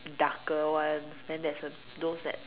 darker ones then there's those like